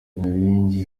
nyabingi